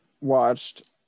watched